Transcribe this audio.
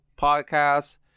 Podcasts